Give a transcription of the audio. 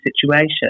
situation